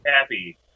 Happy